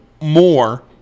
more